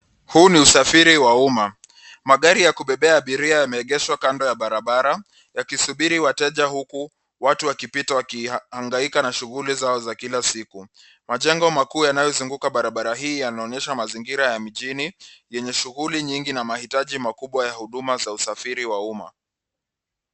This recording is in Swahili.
Huu ni usafiri wa umma, magari ya kubebea abiria yameegeshwa kando ya barabara yakisubiri wateja uku watu wakipita wakiangaika na shuguli zao za kila siku. Majengo makuu yanayozunguka barabara hii yanaonyesha mazingira ya mjini yenye shuguli nyingi na mahitaji makubwa ya huduma za usafiri wa umma.